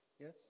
Yes